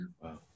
Wow